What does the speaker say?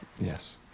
Yes